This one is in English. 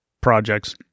projects